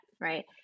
right